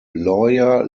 lawyer